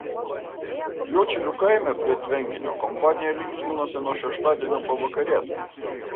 juodšilių kaime prie tvenkinio kompanija linksminosi nuo šeštadienio pavakarės